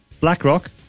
blackrock